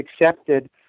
accepted